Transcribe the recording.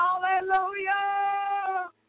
Hallelujah